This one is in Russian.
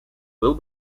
был